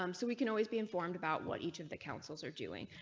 um so we can always be informed about what each of the councils are doing.